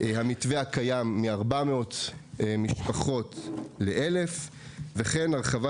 המתווה הקיים מ-400 משפחות ל-1,000 וכן הרחבה